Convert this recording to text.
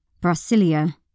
Brasilia